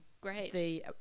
Great